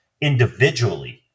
individually